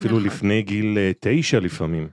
‫כאילו לפני גיל תשע לפעמים.